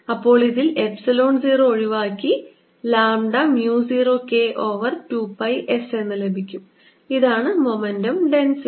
അപ്പോൾ ഇതിൽ എപ്സിലോൺ 0 ഒഴിവാക്കി lambda mu 0 K over 2 pi S എന്ന് ലഭിക്കും ഇതാണ് മൊമെന്റം ഡെൻസിറ്റി